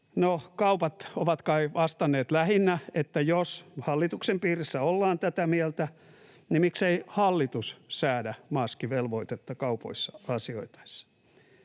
kaupat ovat kai vastanneet lähinnä, että jos hallituksen piirissä ollaan tätä mieltä, niin miksei hallitus säädä maskivelvoitetta kaupoissa asioitaessa.